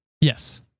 Yes